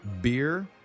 beer